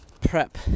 prep